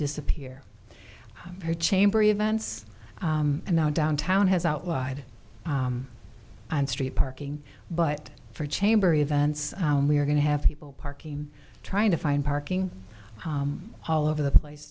disappear or chamber events and now downtown has outlawed on street parking but for chamber events we're going to have people parking trying to find parking all over the place